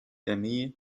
aimee